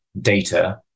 data